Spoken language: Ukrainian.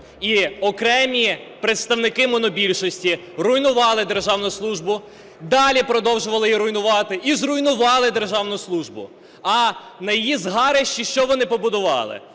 і окремі представники монобільшості руйнували державну службу, далі продовжували її руйнувати і зруйнували державну службу. А на її згарищі що вони побудували?